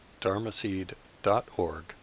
dharmaseed.org